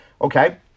Okay